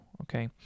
okay